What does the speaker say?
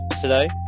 today